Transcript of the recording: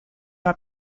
are